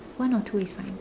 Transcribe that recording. one or two is fine